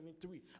three